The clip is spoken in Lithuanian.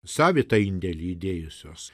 savitą indėlį įdėjusios